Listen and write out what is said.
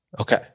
okay